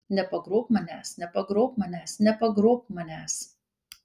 nepagrobk manęs nepagrobk manęs nepagrobk manęs